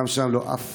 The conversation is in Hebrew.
גם שם לא היה אף